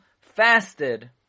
fasted